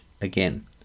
again